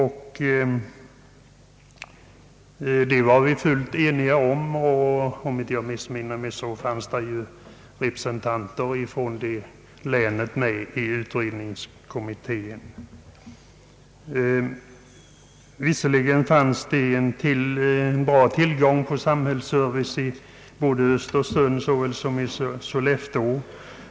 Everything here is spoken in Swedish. Vi var fullt eniga om detta, och om jag inte missminner mig fanns representanter ifrån det länet med i kommittén. Visserligen finns god tillgång till samhällsservice i både öÖstersund och Sollefteå.